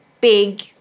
big